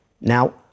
Now